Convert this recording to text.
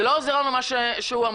זה לא עוזר מה שהוא אמר.